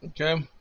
Okay